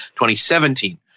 2017